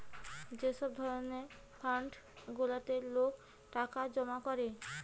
যে সব ধরণের ফান্ড গুলাতে লোক টাকা জমা করে